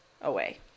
away